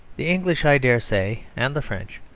the english, i dare say, and the french,